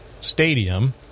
stadium